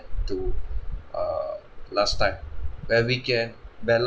to err last time where we can bala~